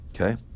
Okay